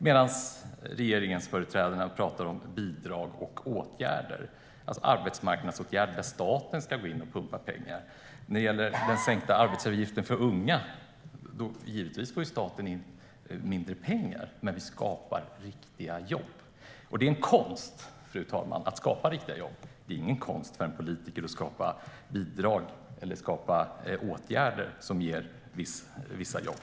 Men regeringsföreträdarna pratar om bidrag och åtgärder, alltså arbetsmarknadsåtgärder där staten ska gå in och pumpa in pengar. När det gäller den sänkta arbetsgivaravgiften för unga får staten givetvis in mindre pengar. Men detta skapar riktiga jobb, och det är en konst, fru talman, att skapa riktiga jobb. Det är ingen konst för en politiker att skapa bidrag eller åtgärder som ger vissa jobb.